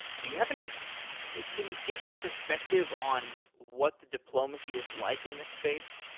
do you have any can you give some perspective on what the diplomacy is like in this space?